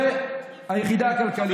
ראש לה"ב וראש אח"מ והיחידה הכלכלית.